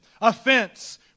offense